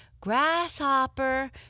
grasshopper